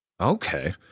Okay